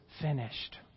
finished